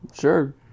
Sure